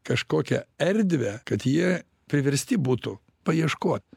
kažkokią erdvę kad jie priversti būtų paieškot